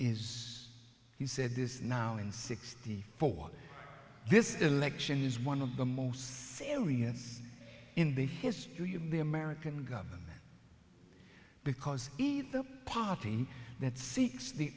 is he said this now in sixty four this election is one of the most serious in the history of the american government because he the party that